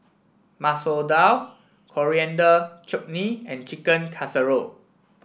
Masoor Dal Coriander Chutney and Chicken Casserole